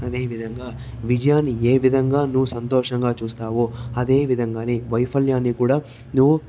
అదే విధంగా విజయాన్ని ఏ విధంగానూ సంతోషంగా చూస్తావో అదే విధంగానే వైఫల్యాన్ని కూడా నువ్వు విజయంగానే